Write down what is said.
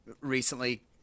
recently